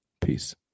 Peace